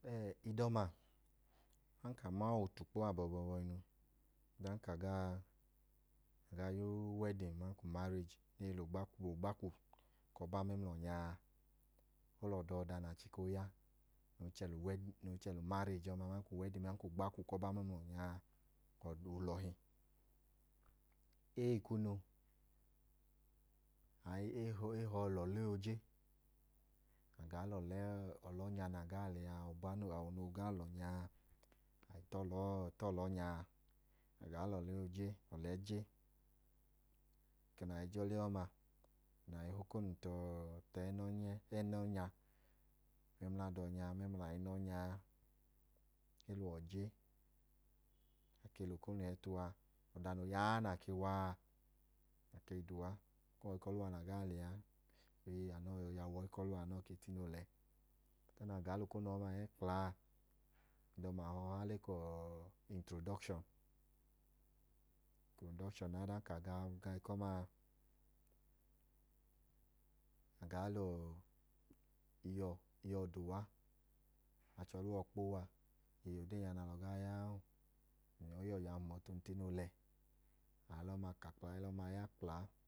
Ẹẹ idọma ọdanka a ma aotakpo abọọbọhinu, ọdanka a gaa ya ukẹdi aman ka umareji nẹ e i hi lẹ. Ogbakwu tọha ku ọha mẹmla ọnya a, ẹdọ ọda nẹ a chika ooya ẹben ku umareji aman ka ogbakwọ ku ọba mẹmla ọnya a wẹ olọhi. Ẹẹ kunu, a i, e hi ọ lẹ ọlẹ oojẹ. A gaa lẹ ọhẹ ọnya na gaa lẹ a, awọ, ọba noo gaa lẹ ọnya a. A le ta ọle ọnya a, a gaa lẹ ọlunu j a lẹ ọlẹ je. Eko nẹ a i je ọlẹ ọma, na i hokonu tu ẹnẹ ọnya a, mẹmla ada ọnya a mẹmla ayinẹ ọnya a a. E lẹ uwọ je, e ke le okonu hẹ tu uwa. Ọda noo ya nẹ a ke wa a, a ke i da uwa ka ọyi ku ọluwọ nẹ alọ gaa lẹ a. Li, anọọ yọi yiyawu ọyi ku ọluwọ anọọ ke tine oolẹ. Eko nẹ a gaa lẹ okonu ọma hẹ kplaa, idọma hi ọha le ka introdọshọn. Introdọshọn a, ọdanka a ga eko ọma a, a gaa le iyuwọ da uwa. Lẹ achẹ ọluwọ kpo wa. Ẹẹ, ọdee a nẹ alọ gaa ya an. Ọyi uwọ nya hum ọtu, ng tine oole. Aa lẹ ọma ka tọ e lẹ ọma ya kpla.